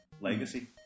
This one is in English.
legacy